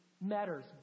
matters